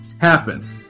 happen